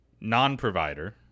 non-provider